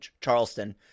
Charleston